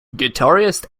guitarist